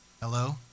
Hello